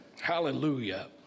Hallelujah